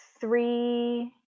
three